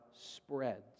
spreads